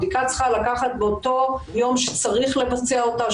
בדיקה צריכה להילקח באותו יום שצריך לבצע אותה,